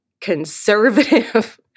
conservative